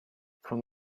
from